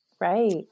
right